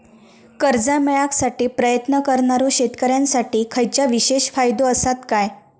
कर्जा मेळाकसाठी प्रयत्न करणारो शेतकऱ्यांसाठी खयच्या विशेष फायदो असात काय?